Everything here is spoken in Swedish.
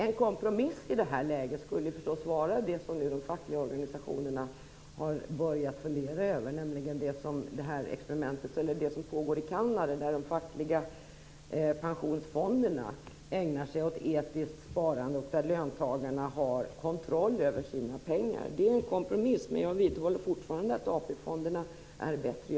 En kompromiss i detta läge skulle ju förstås vara det som de fackliga organisationerna har börjat fundera över. Det gäller det experiment som pågår i Kanada, där de fackliga pensionsfonderna ägnar sig åt etiskt sparande och där löntagarna har kontroll över sina pengar. Det är en kompromiss, men jag vidhåller fortfarande att AP-fonderna är bättre.